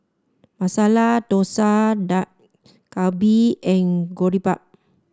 Masala Dosa Dak Galbi and Boribap